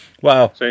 Wow